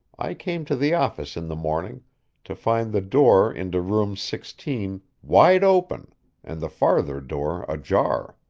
i came to the office in the morning to find the door into room sixteen wide open and the farther door ajar.